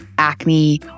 acne